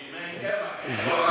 אם אין קמח אין תורה.